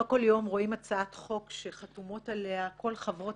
לא כל יום רואים הצעת חוק שחתומות עליה כל חברות